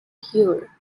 here